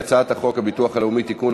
ההצעה להעביר את הצעת חוק הביטוח הלאומי (תיקון,